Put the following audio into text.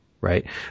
right